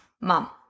mom